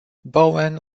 bowen